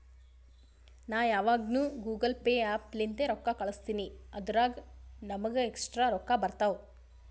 ನಾ ಯಾವಗ್ನು Google Pay app ಲಿಂತೇ ರೊಕ್ಕಾ ಕಳುಸ್ತಿನಿ ಅದುರಾಗ್ ನಮ್ಮೂಗ ಎಕ್ಸ್ಟ್ರಾ ರೊಕ್ಕಾ ಬರ್ತಾವ್